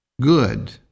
good